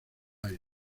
aire